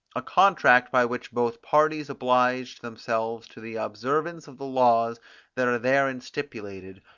a contract by which both parties oblige themselves to the observance of the laws that are therein stipulated,